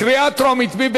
קריאה טרומית.